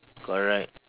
correct